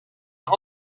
are